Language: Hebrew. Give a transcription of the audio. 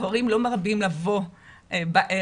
ההורים לא מרבים לבוא בערב.